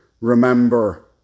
remember